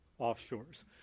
offshores